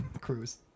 Cruise